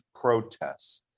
protests